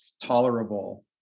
tolerable